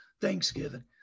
Thanksgiving